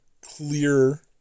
clearer